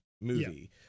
movie